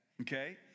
Okay